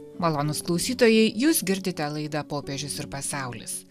malonūs klausytojai jūs girdite laidą popiežius ir pasaulis